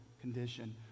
condition